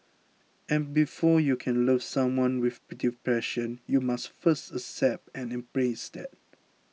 and before you can love someone with depression you must first accept and embrace that